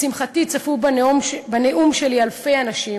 לשמחתי צפו בנאום שלי אלפי אנשים,